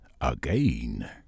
again